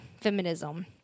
feminism